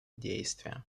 действия